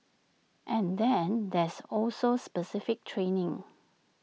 and then there's also specific training